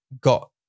got